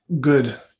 good